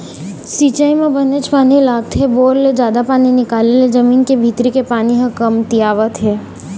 सिंचई म बनेच पानी लागथे, बोर ले जादा पानी निकाले ले जमीन के भीतरी के पानी ह कमतियावत हे